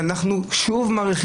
אתם מבינים